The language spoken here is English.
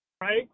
Right